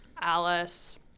Alice